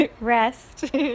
rest